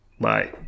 Bye